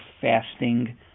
fasting